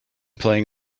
playing